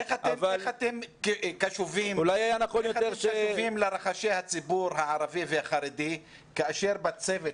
איך אתם קשובים לרחשי הציבור הערבי והחרדי כאשר בצוות